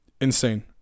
insane